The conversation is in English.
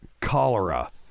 cholera